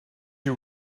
you